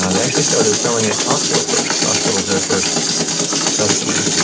ah they actually started selling at costco first. costco was their first customer.